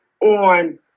on